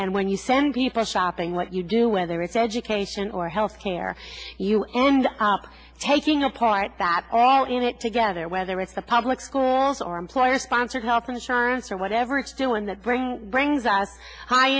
and when you send people shopping what you do whether it's education or health care you end up taking a part that all in it together whether it's a public schools or employer sponsored health insurance or whatever it's still one that brings